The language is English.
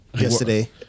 yesterday